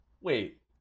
wait